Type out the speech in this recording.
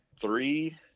three